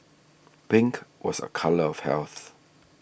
pink was a colour of health